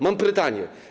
Mam pytanie.